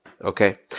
Okay